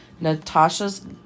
Natasha's